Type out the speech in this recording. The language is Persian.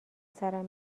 سرم